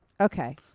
Okay